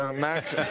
ah max, ah